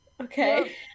okay